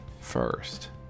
first